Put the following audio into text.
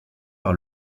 par